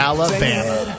Alabama